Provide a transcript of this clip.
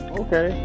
okay